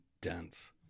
dense